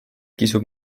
kisub